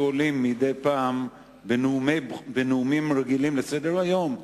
עולים מדי פעם בנאומים רגילים לסדר-היום.